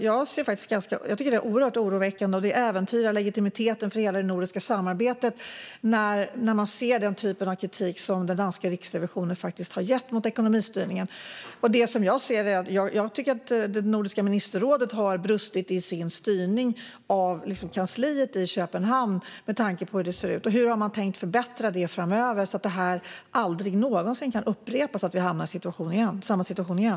Jag tycker att den kritik som den danska riksrevisionen haft mot ekonomistyrningen är oerhört oroväckande, och detta äventyrar legitimiteten för hela det nordiska samarbetet. Jag tycker att det nordiska ministerrådet har brustit i sin styrning av kansliet i Köpenhamn med tanke på hur det ser ut. Hur har man tänkt förbättra det framöver så att vi aldrig någonsin hamnar i samma situation igen?